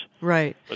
Right